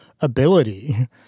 ability